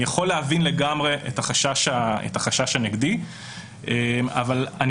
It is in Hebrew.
אני יכול להבין לגמרי את החשש הנגדי אבל אני